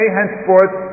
henceforth